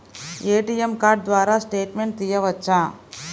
ATM card ద్వారా statement తీయవచ్చా?